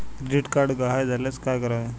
Credit card गहाळ झाल्यास काय करावे?